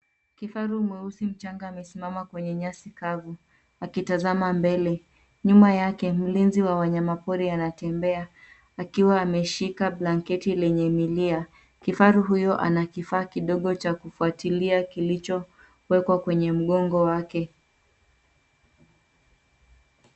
Kifaru mweusi mchanga amesimama kwenye nyasi kavu akitazama mbele. Nyuma yake mlinzi wa wanyama pori anatembea akiwa ameshika blanketi lenye milia. Kifaru huyu ana kifaa kidogo cha kufuatilia kilichowekwa kwenye mgongo wake.